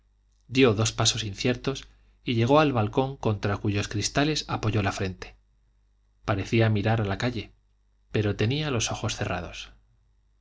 dio dos pasos inciertos y llegó al balcón contra cuyos cristales apoyó la frente parecía mirar a la calle pero tenía los ojos cerrados